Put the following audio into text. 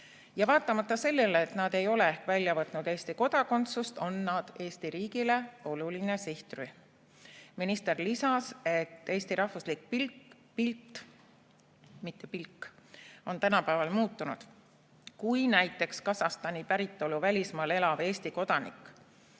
Vaatamata sellele, et nad ei ole ehk võtnud Eesti kodakondsust, on nad Eesti riigile oluline sihtrühm. Minister lisas, et Eesti rahvuslik pilt on tänapäeval muutunud. Kui näiteks Kasahstani päritolu välismaal elav Eesti kodanik